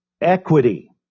equity